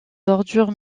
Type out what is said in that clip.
ordures